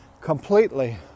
completely